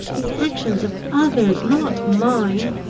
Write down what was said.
the actions of others, not mine!